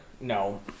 No